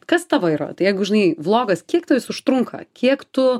kas tavo yra tai jeigu žinai vlogas kiek tau jis užtrunka kiek tu